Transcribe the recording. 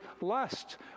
lust